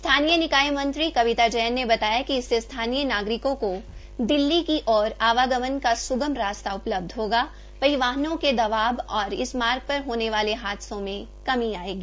स्थानीय निकाय विकास मंत्री कविता जैन ने बताया कि इससे स्थानीय नागरिकों को दिल्ली की ओर आवागमन का स्गम रास्ता उपलब्ध होगा वहीं वाहनों के दबाव और इस मार्ग पर होने वाले हादसों में कमी आएगी